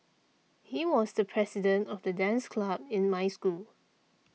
he was the president of the dance club in my school